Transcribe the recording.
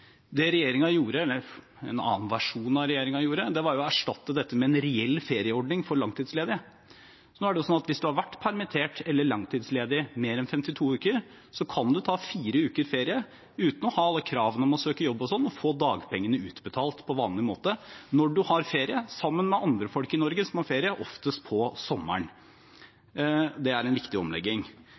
Det regjeringen – eller en annen versjon av regjeringen – gjorde, var å erstatte dette med en reell ferieordning for langtidsledige. Nå er det sånn at hvis man har vært permittert eller langtidsledig i mer enn 52 uker, kan man ta 4 uker ferie uten å ha alle kravene om å søke jobb og sånt og få dagpengene utbetalt på vanlig måte når man har ferie, sammen med andre folk i Norge som har ferie, oftest på sommeren. Det er en viktig omlegging.